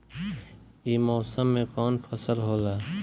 ई मौसम में कवन फसल होला?